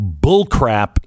bullcrap